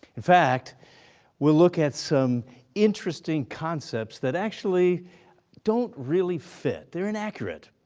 in fact we'll look at some interesting concepts that actually don't really fit, they're inaccurate.